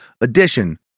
edition